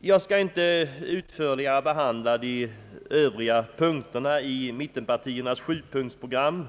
Jag skall inte utförligare behandia de övriga punkterna i mittenpartiernas sjupunktsprogram